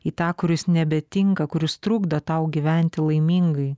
į tą kuris nebetinka kuris trukdo tau gyventi laimingai